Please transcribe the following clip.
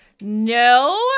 No